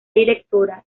directora